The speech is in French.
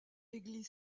église